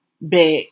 back